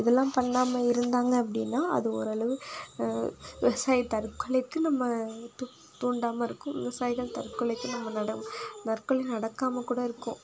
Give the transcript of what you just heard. இதெல்லாம் பண்ணாமல் இருந்தாங்க அப்படினா அது ஓரளவு விவசாய தற்கொலைக்கு நம்ம தூண்டாமலிருக்கும் விவசாயிகள் தற்கொலைக்கு நம்ப நட தற்கொலை நடக்காமல் கூட இருக்கும்